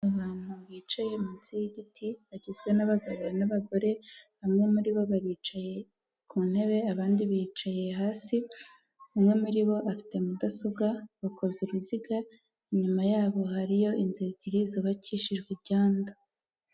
Abantu bicaye munsi y'igiti bagizwe n'abagabo n'abagore, bamwe muri bo baricaye ku ntebe abandi bicaye hasi, umwe muri bo afite mudasobwa bakoze uruziga, inyuma yabo hariyo inzu ebyiri zubabakishijwe ibyondo.